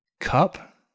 Cup